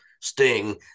sting